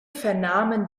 vernahmen